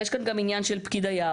אבל יש כאן גם את העניין של פקיד היערות,